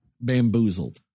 bamboozled